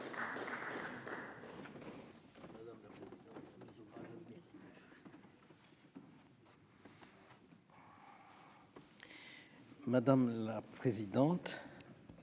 Madame la présidente,